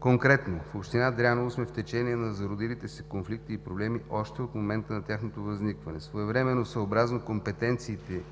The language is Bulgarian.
Конкретно – в община Дряново сме в течение на зародилите се конфликти и проблеми още от момента на тяхното възникване. Своевременно съобразно компетенциите